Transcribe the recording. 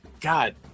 God